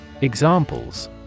Examples